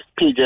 PJ